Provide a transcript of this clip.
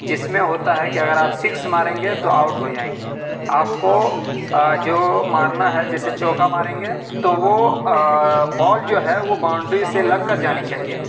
جس میں ہوتا ہے کہ اگر آپ سكس ماریں گے تو آؤٹ ہو جائیں گے آپ كو جو مارنا ہے جیسے چوکا ماریں گے تو وہ بال جو ہے وہ باؤنڈری سے لگ كر جانی چاہیے